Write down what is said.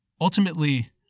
Ultimately